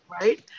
right